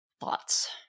Thoughts